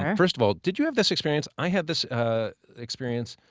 um first of all, did you have this experience? i had this experience.